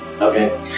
Okay